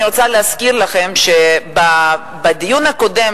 אני רוצה להזכיר לכם שבדיון הקודם,